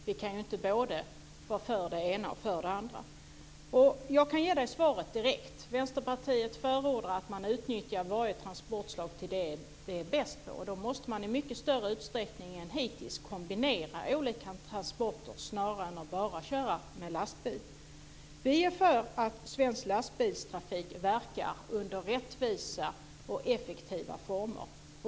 Vi kan inte vara för både det ena och det andra. Jag kan direkt ge ett svar. Vänsterpartiet förordar att man utnyttjar varje transportslag för det som det är bäst på. Man måste i mycket större utsträckning än hittills kombinera olika transporter snarare än bara köra med lastbil. Vi är för att svensk lastbilstrafik får verka under rättvisa och effektiva former.